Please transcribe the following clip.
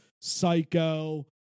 psycho